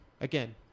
Again